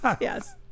yes